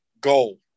goal